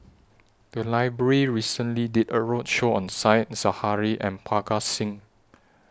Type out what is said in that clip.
The Library recently did A roadshow on Said Zahari and Parga Singh